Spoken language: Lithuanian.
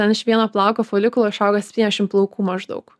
ten iš vieno plauko folikulo išauga septyniasdešim plaukų maždaug